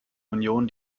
union